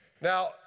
now